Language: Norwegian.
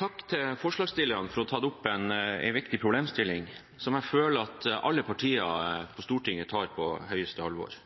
Takk til forslagsstillerne for å ha tatt opp en viktig problemstilling, som jeg føler at alle partier på Stortinget tar på høyeste alvor.